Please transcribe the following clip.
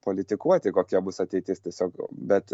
politikuoti kokia bus ateitis tiesiog bet